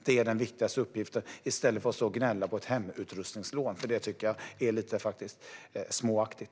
Det är den viktigaste uppgiften - i stället för att gnälla på ett hemutrustningslån, för det tycker jag faktiskt är lite småaktigt.